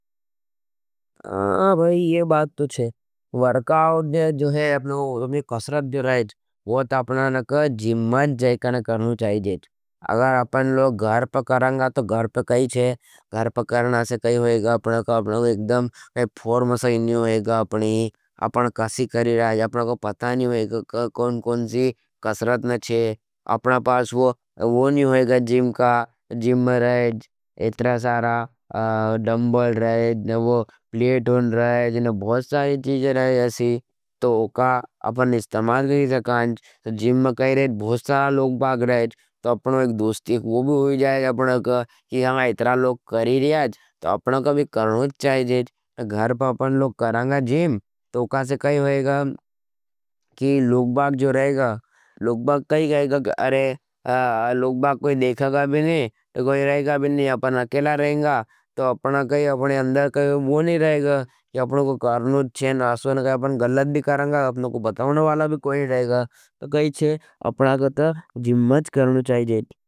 वर्काउट कसरत जो रहा हज, वो आपका जिम में जाएगा न करना चाहिए। अगर आपने लोग घर पर करेंगा। तो घर पर कई हज। घर पर करेंगा से कई होईगा। आपने एक फोर में सहीनी होईगा। आपनका पता नहीं होई, कौन-कौन सी कसरत नहीं हज। अपना पास वो नहीं होई। जिम का जिम में रहेंज, एतरा सारा डंबल रहेंज, प्लेट होन रहेंज, बहुत सारी चीज़ रहेंज। असी, तो उका अपने इस्तमाद करेंज, जिम में बहुत सारा लोग बाग रहेंज। तो अपनो एक दोस्तिक वो भी होई जाएगा। अपना का एतरा लोग करी रहेंज, तो अपना का भी करनोज चाहिएज। घर पर अपने लोग करेंगा जिम, तो उका से काई होईगा, की लोग चेन आश्वण करेंगा। अपने गल्लत भी करेंगा, तो अपनो को बताओन वाला भी कोई रहेगा, तो कही छे, अपना का तो जिम मेंच करनो चाहिएज।